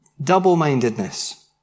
Double-mindedness